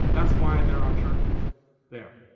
that's why there are churches there.